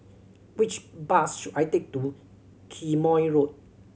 which bus should I take to Quemoy Road